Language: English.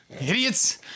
Idiots